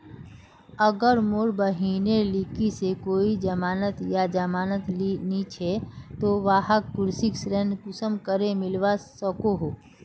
अगर मोर बहिनेर लिकी कोई जमानत या जमानत नि छे ते वाहक कृषि ऋण कुंसम करे मिलवा सको हो?